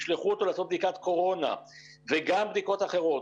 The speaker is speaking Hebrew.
ישלחו אותו לעשות בדיקת קורונה וגם בדיקות אחרות,